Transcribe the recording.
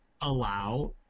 Allow